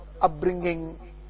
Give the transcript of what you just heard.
upbringing